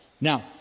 Now